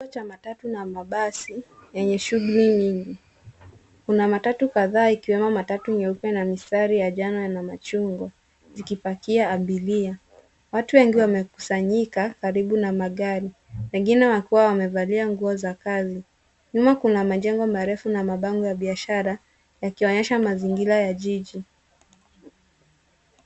Ni kituo cha matatu na mabasi yenye shughuli nyingi, kuna matatu kadhaa ikiwemo matatu nyeupe na mistari ya majano ma machungwa , zikipakia abiria. Watu wengi wamekusanyika karibu na magari, wengine wakiwa wamevalia nguo za kazi. Nyuma kuna majengo marefu na mabango ya biashara yakioonyesha mazingira ya jiji.